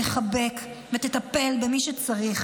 תחבק ותטפל במי שצריך.